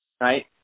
right